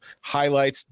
highlights